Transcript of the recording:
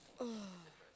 uh